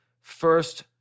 first